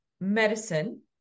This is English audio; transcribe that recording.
medicine